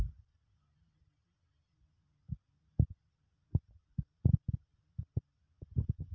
ఆరోగ్యానికి ఎంతో మంచిదైనా ఎండు ద్రాక్ష, పచ్చి ద్రాక్ష పళ్లను ఎండబెట్టితే తయారవుతుంది